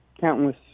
countless